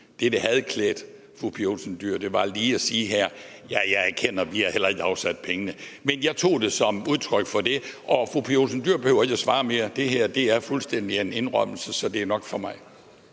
Det ville have klædt fru Pia Olsen Dyhr lige at sige her: Ja, jeg erkender, at vi heller ikke har afsat pengene. Men jeg tog det som et udtryk for det, og fru Pia Olsen Dyhr behøver ikke at svare mere. Det her er en fuldstændig indrømmelse, så det er nok for mig.